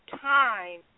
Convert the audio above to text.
time